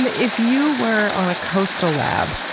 if you were on a coastal lab,